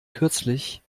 kürzlich